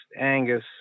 Angus